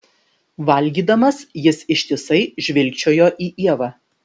valgydamas jis ištisai žvilgčiojo į ievą